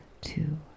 Two